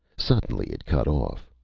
suddenly, it cut off.